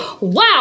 Wow